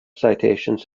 citations